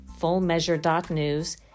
fullmeasure.news